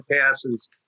passes